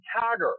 Tiger